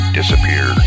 disappear